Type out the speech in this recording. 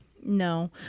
No